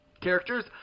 Characters